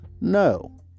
No